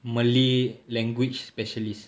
malay language specialist